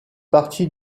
partie